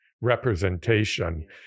representation